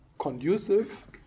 conducive